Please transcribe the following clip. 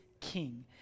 king